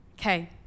Okay